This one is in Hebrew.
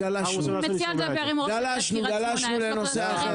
גלשנו לנושא אחר.